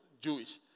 Jewish